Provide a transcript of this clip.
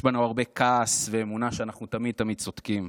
יש בנו הרבה כעס ואמונה שאנחנו תמיד תמיד צודקים,